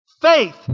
faith